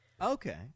Okay